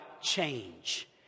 change